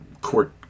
court